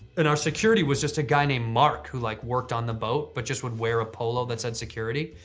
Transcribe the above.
and our security was just a guy named mark who like worked on the boat but just would wear a polo that said security.